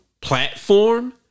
platform